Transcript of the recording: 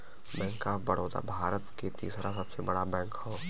bank of Baroda Bharat के तीसरा सबसे बड़ा बैंक हौ